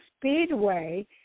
Speedway